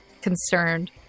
concerned